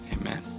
amen